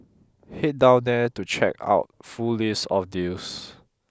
head down here to check out full list of deals